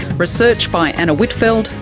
research by anna whitfeld,